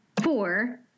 four